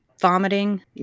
vomiting